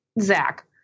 Zach